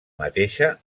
mateixa